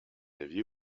aviez